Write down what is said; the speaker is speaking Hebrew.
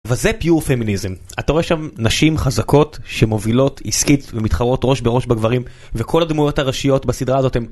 וזה פּיור פמיניזם אתה רואה שם נשים חזקות שמובילות עסקית ומתחרות ראש בראש בגברים וכל הדמויות הראשיות בסדרה הזאת הם